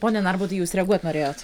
pone narbutai jūs reaguot norėjot